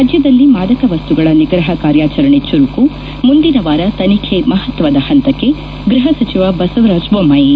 ರಾಜ್ಯದಲ್ಲಿ ಮಾದಕ ವಸ್ತುಗಳ ನಿಗ್ರಹ ಕಾರ್ಯಾಚರಣೆ ಚುರುಕು ಮುಂದಿನ ವಾರ ತನಿಖೆ ಮಹತ್ವದ ಹಂತಕ್ಕೆ ಗ್ಬಹಸಚಿವ ಬಸವರಾಜ್ ಬೊಮ್ಮಾಯಿ